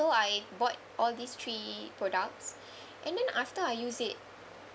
so I bought all these three products and then after I use it